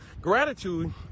gratitude